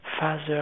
Father